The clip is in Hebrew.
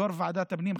יו"ר ועדת הפנים,